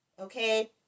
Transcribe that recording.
Okay